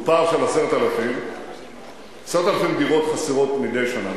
הוא פער של 10,000. 10,000 דירות חסרות מדי שנה.